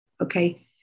okay